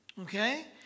okay